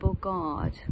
God